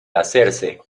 hacerse